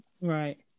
Right